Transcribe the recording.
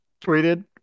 tweeted